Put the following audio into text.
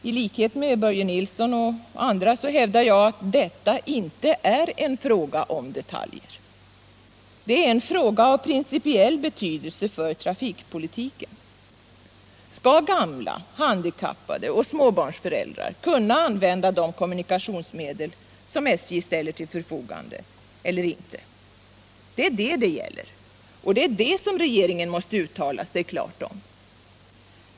I likhet med Börje Nilsson och andra hävdar jag att detta inte är en fråga om detaljer. Det är en fråga av principiell betydelse för trafikpolitiken. Skall gamla, handikappade och småbarnsföräldrar kunna använda de kommunikationsmedel som SJ ställer till förfogande eller inte? Det är det som det gäller, och det är detta som regeringen måste uttala sig klart om.